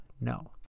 No